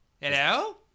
Hello